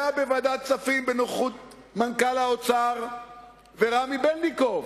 היה בוועדת הכספים בנוכחות מנכ"ל האוצר ורמי בלינקוב,